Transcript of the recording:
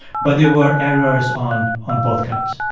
but there were errors on on both counts